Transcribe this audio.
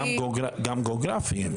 גם גיאוגרפי.